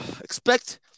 expect